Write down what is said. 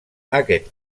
aquest